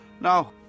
No